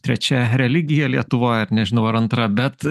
trečia religija lietuvoj ar nežinau ar antra bet